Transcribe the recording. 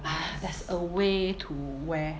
there's a way to wear